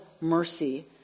mercy